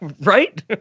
right